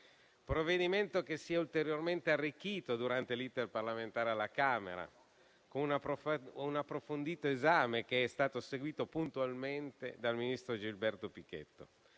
provvedimento che si è ulteriormente arricchito durante l'*iter* parlamentare alla Camera con un approfondito esame che è stato seguito puntualmente dal ministro Gilberto Pichetto